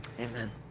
amen